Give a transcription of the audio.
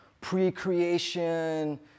pre-creation